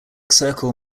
circle